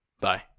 Bye